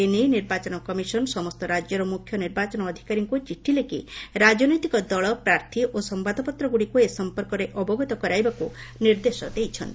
ଏ ନେଇ ନିର୍ବାଚନ କମିଶନ ସମସ୍ତ ରାଜ୍ୟର ମୁଖ୍ୟ ନିର୍ବାଚନ ଅଧିକାରୀଙ୍କୁ ଚିଠି ଲେଖି ରାଜନୈତିକ ଦଳ ପ୍ରାର୍ଥୀ ଓ ସମ୍ଭାଦପତ୍ରଗୁଡ଼ିକୁ ଏ ସଂପର୍କରେ ଅବଗତ କରାଇବାକୁ ନିର୍ଦ୍ଦେଶ ଦେଇଛନ୍ତି